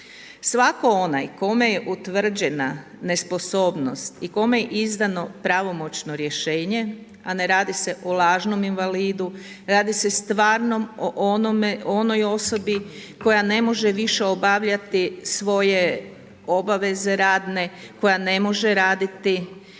svakom onaj kome je utvrđena nesposobnost i kome je izdano pravomoćno rješenje, a ne radi se o lažnom invalidu, radi se stvarno o onoj osobi koja ne može više obavljati obaveze radne, koja ne može raditi,